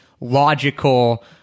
logical